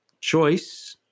choice